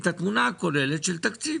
את התמונה הכוללת של התקציב,